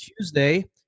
Tuesday